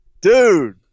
Dude